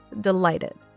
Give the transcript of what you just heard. delighted